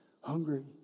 hungry